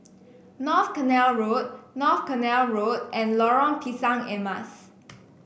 North Canal Road North Canal Road and Lorong Pisang Emas